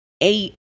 eight